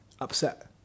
upset